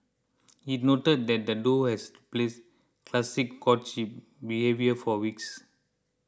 it noted that the duo has place classic courtship behaviour for weeks